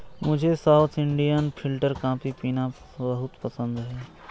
मुझे south Indian filter coffee पीना बहुत पसंद है